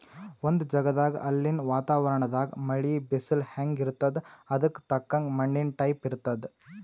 ಒಂದ್ ಜಗದಾಗ್ ಅಲ್ಲಿನ್ ವಾತಾವರಣದಾಗ್ ಮಳಿ, ಬಿಸಲ್ ಹೆಂಗ್ ಇರ್ತದ್ ಅದಕ್ಕ್ ತಕ್ಕಂಗ ಮಣ್ಣಿನ್ ಟೈಪ್ ಇರ್ತದ್